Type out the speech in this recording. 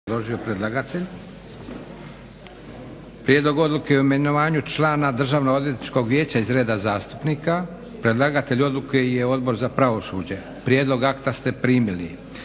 Prijedlog odluke o imenovanju člana Državnoodvjetničkog vijeća iz reda zastupnika. Predlagatelj odluke je Odbor za pravosuđe. Prijedlog akta ste primili.